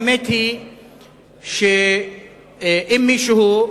האמת היא שאם מישהו,